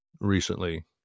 recently